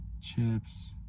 chips